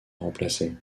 remplacer